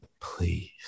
Please